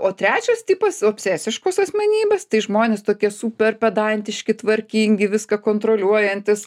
o trečias tipas obsesiškos asmenybės tai žmonės tokie super pedantiški tvarkingi viską kontroliuojantys